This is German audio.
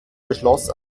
beschloss